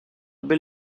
bel